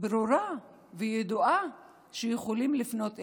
ברורה וידועה שיכולים לפנות אליה,